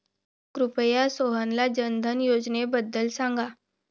कृपया सोहनला जनधन योजनेबद्दल सांगा